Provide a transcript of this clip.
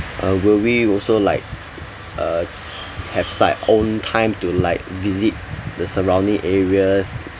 uh will we will also like uh have side own time to like visit the surrounding areas